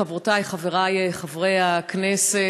חברותי וחברי חברי הכנסת,